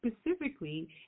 specifically